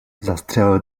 zastřelil